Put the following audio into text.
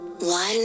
One